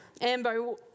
ambo